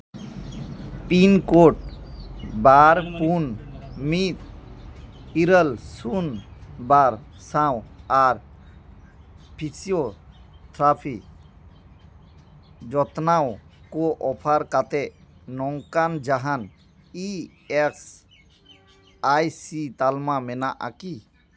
pin code ᱵᱟᱨ ᱯᱩᱱ ᱢᱤᱫ ᱤᱨᱟᱹᱞ ᱥᱩᱱ ᱵᱟᱨ ᱥᱟᱶ ᱟᱨ ᱯᱷᱤᱥᱤᱭᱳ ᱴᱨᱟᱯᱷᱤ ᱡᱚᱛᱱᱟᱣ ᱠᱳ ᱚᱯᱷᱟᱨ ᱠᱟᱛᱮ ᱱᱚᱝᱠᱟᱱ ᱡᱟᱦᱟᱱ ᱤ ᱮᱹᱥ ᱟᱭ ᱥᱤ ᱛᱟᱞᱢᱟ ᱢᱮᱱᱟᱜᱼᱟ ᱠᱤ